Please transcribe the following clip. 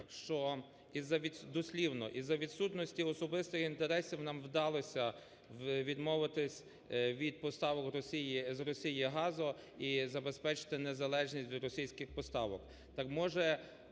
що… Дослівно: із-за відсутності особистих інтересів нам вдалося відмовитись від поставок з Росії газу і забезпечити незалежність російських поставок.